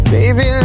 Baby